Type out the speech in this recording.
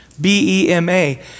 B-E-M-A